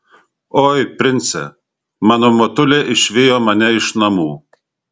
oi prince mano motulė išvijo mane iš namų